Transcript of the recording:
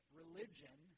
religion